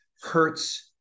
hurts